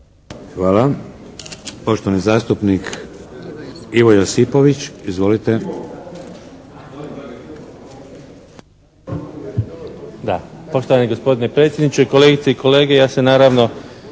Hvala. Poštovani zastupnik Ivo Josipović. Izvolite.